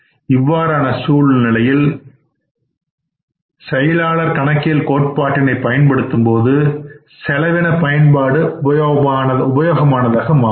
இவ்வாறான சூழ்நிலையில் செயலாளர் கணக்கியல் கோட்பாட்டினை பயன்படுத்தும்பொழுது செலவின பயன்பாடு உபயோகமானதாக மாறும்